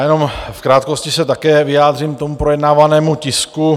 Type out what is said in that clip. Jenom v krátkosti se také vyjádřím k projednávanému tisku.